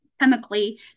chemically